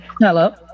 Hello